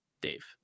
Dave